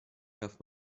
darf